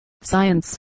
science